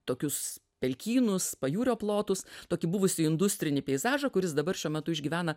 tokius pelkynus pajūrio plotus tokį buvusį industrinį peizažą kuris dabar šiuo metu išgyvena